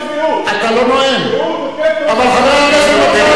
הצביעות, שהוא תוקף את ראש הממשלה.